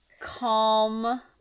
calm